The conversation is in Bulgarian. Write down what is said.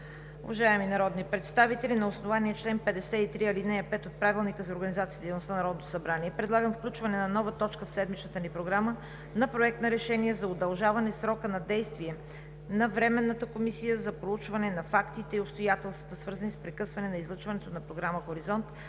Уважаеми народни представители, на основание чл. 53, ал. 5 от Правилника за организацията и дейността на Народното събрание предлагам включване на нова точка в седмичната ни Програма – Проект на решение за удължаване срока на действие на Временната комисия за проучване на фактите и обстоятелствата, свързани с прекъсване на излъчването на програма „Хоризонт“